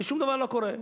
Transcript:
ושום דבר לא קורה,